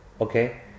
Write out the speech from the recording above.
okay